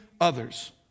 others